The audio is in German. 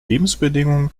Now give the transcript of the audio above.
lebensbedingungen